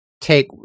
take